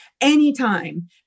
Anytime